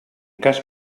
cas